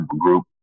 group